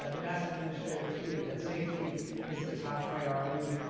ah the nasa administrator tweeted that safety is the top priority.